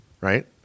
Right